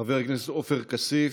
חבר הכנסת עופר כסיף,